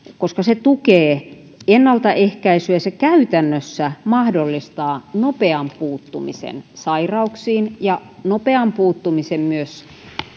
koska se tukee ennaltaehkäisyä ja se käytännössä mahdollistaa nopean puuttumisen sairauksiin ja nopean puuttumisen myös